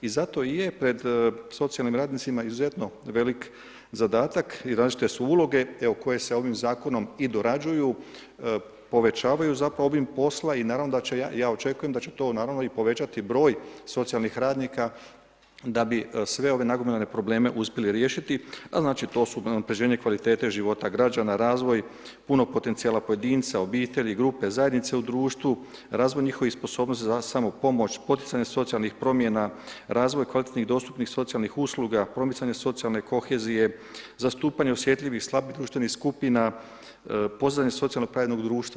I zato je pred socijalnim radnicima izuzetno velik zadatak i različite su uloge koje se ovim zakonom i dorađuju, povećavaju zapravo obim posla i ja očekujem da će to naravno i povećati broj socijalnih radnika, da bi sve ove nagomilane probleme uspjeli riješiti, a znači to su unapređenje kvalitete života građana, razvoj, puno potencijala pojedinca obitelji, grupe zajednice u društvu, razvoj njihovih sposobnosti … samopomoć, poticanje socijalnih promjena, razvoj kvalitetnih dostupnih socijalnih usluga, promicanje socijalne kohezije, zastupanje osjetljivih slabijih društvenih skupina, pozadine socijalnog pravednog društva.